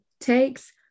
takes